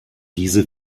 diese